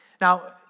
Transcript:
Now